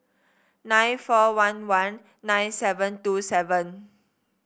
nine four one one nine seven two seven